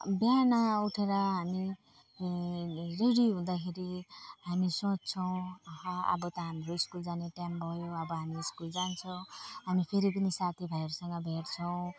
बिहान उठेर हामी रे रेडी हुँदाखेरि हामी सोच्छौँ अहा अब त हाम्रो स्कुल जाने टाइम भयो अब हामी स्कुल जान्छौँ अनि फेरि पनि साथीभाइहरूसँग भेट्छौँ